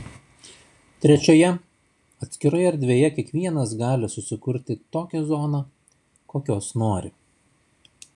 trečioje atskiroje erdvėje kiekvienas gali susikurti tokią zoną kokios nori